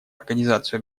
организацию